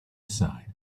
aside